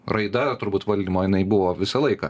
raida turbūt valdymo jinai buvo visą laiką